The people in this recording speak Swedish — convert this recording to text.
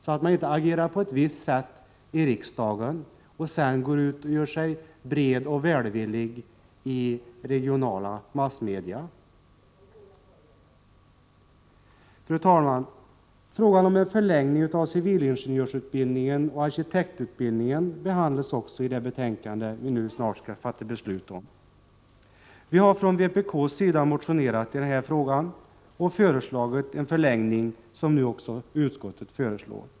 Man bör inte agera på ett sätt i riksdagen och sedan gå ut och göra sig bred och välvillig i regionala massmedia. Fru talman! Frågan om en förlängning av civilingenjörsutbildningen och arkitektutbildningen behandlas också i det betänkande vi nu skall fatta beslut om. Vi har från vpk:s sida motionerat i denna fråga och föreslagit en förlängning, vilket nu också utskottet föreslår.